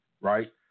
right